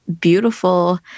beautiful